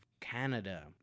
Canada